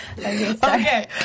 Okay